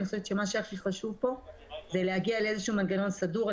אני חושבת שמה שהכי חשוב פה זה להגיע לאיזה שהוא מנגנון סדור,